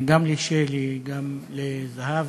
גם לשלי, גם לזהבה,